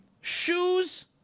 Shoes